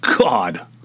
God